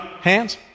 Hands